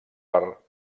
part